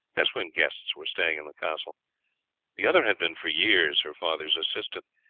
as when guests were staying in the castle the other had been for years her father's assistant,